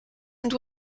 and